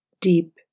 deep